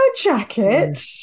jacket